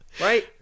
Right